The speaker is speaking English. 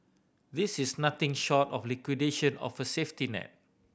this is nothing short of liquidation of a safety net